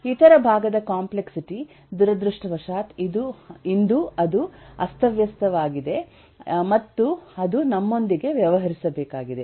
ಇತರ ಭಾಗದ ಕಾಂಪ್ಲೆಕ್ಸಿಟಿ ದುರದೃಷ್ಟವಶಾತ್ ಇಂದು ಅದು ಅಸ್ತವ್ಯಸ್ತವಾಗಿದೆ ಮತ್ತು ಅದು ನಮ್ಮೊಂದಿಗೆ ವ್ಯವಹರಿಸಬೇಕಾಗಿದೆ